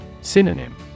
Synonym